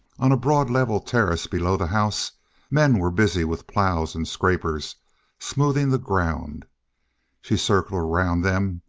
on a broad, level terrace below the house men were busy with plows and scrapers smoothing the ground she circled around them,